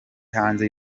hanze